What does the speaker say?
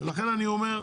ולכן אני אומר,